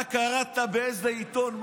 אתה קראת משהו באיזה עיתון?